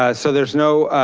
ah so there's no